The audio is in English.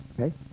okay